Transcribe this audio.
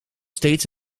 steeds